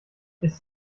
ist